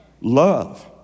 Love